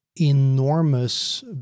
enormous